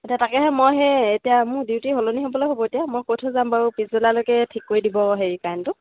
এতিয়া তাকেহে মই সেই এতিয়া মোৰ ডিউটি সলনি হ'বলে হ'ব এতিয়া মই কৈ থৈ যাম বাৰু পিছবেলালৈকে ঠিক কৰি দিব হেৰি কাৰেণ্টটো